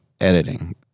editing